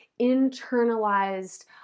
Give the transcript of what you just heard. internalized